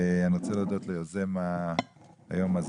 אני רוצה להודות ליוזם היום הזה,